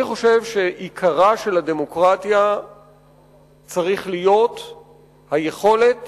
אני חושב שעיקרה של הדמוקרטיה צריך להיות היכולת